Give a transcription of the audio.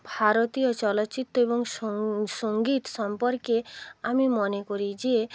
ভারতীয় চলচিত্র এবং সংগীত সম্পর্কে আমি মনে করি যে